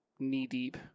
knee-deep